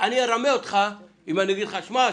אני ארמה אותך אם אני אגיד לך: שמע,